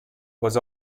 was